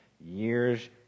years